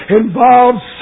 involves